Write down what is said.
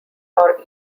are